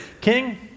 King